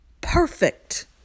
perfect